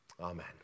Amen